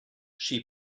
she